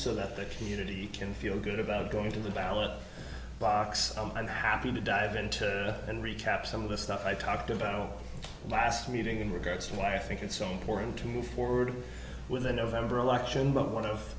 so that the community can feel good about going to the ballot box i'm happy to dive into and recap some of the stuff i talked about of last meeting in regards to why i think it's so important to move forward with the november election but one of